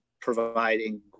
providing